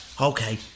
okay